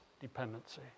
dependency